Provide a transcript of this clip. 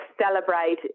celebrate